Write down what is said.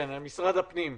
משרד הפנים.